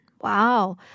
Wow